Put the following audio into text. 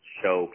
show